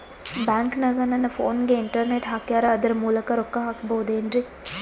ಬ್ಯಾಂಕನಗ ನನ್ನ ಫೋನಗೆ ಇಂಟರ್ನೆಟ್ ಹಾಕ್ಯಾರ ಅದರ ಮೂಲಕ ರೊಕ್ಕ ಹಾಕಬಹುದೇನ್ರಿ?